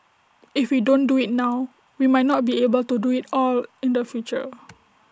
if we don't do IT now we might not be able do IT at all in the future